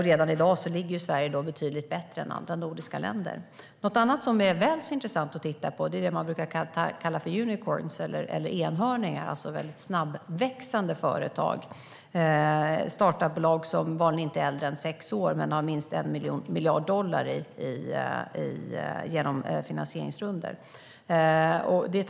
Redan i dag ligger ju Sverige betydligt bättre till än andra nordiska länder. Något annat som är väl så intressant att titta på är det man brukar kalla för unicorns eller enhörningar, alltså väldigt snabbväxande företag. Det är frågan om startupbolag som vanligen inte är äldre än sex år men har minst 1 miljard dollar genom finansieringsrundor.